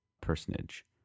personage